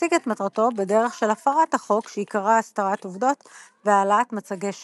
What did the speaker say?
ישיג את מטרתו בדרך של הפרת החוק שעיקרה הסתרת עובדות והעלאת מצגי שווא.